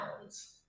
pounds